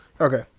Okay